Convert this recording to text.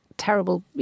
terrible